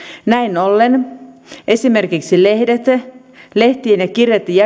näin ollen esimerkiksi lehtien ja